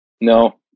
No